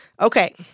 Okay